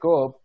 up